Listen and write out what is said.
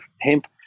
hemp